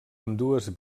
ambdues